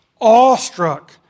awestruck